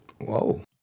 Whoa